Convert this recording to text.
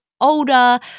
older